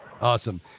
Awesome